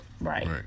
Right